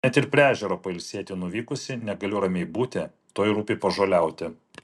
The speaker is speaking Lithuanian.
net ir prie ežero pailsėti nuvykusi negaliu ramiai būti tuoj rūpi pažoliauti